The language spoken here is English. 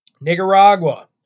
Nicaragua